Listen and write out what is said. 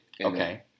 Okay